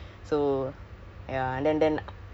oh so is it your